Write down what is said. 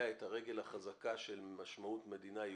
את הרגל החזקה של משמעות מדינה יהודית,